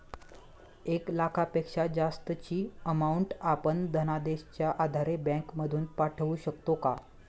एक लाखापेक्षा जास्तची अमाउंट आपण धनादेशच्या आधारे बँक मधून पाठवू शकतो का?